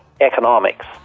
economics